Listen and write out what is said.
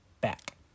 back